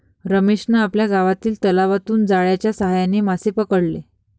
रमेशने आपल्या गावातील तलावातून जाळ्याच्या साहाय्याने मासे पकडले